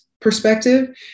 perspective